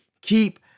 Keep